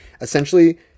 essentially